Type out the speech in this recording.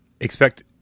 expect